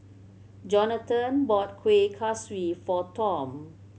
Johathan bought Kueh Kaswi for Tom